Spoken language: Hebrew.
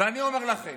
ואני אומר לכם,